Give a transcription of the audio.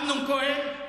אמנון כהן.